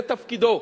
זה תפקידו.